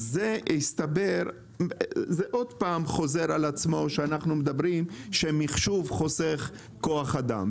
זה שוב חוזר על עצמו שאנחנו אומרים שמחשוב חוסך כוח אדם.